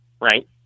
Right